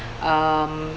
um